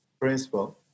principle